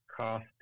cost